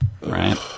Right